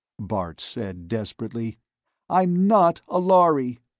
bart said desperately i'm not a lhari!